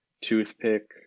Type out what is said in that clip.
toothpick